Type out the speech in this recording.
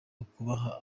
ukubaha